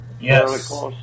Yes